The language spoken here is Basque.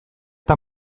eta